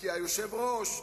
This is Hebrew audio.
כי היושב-ראש,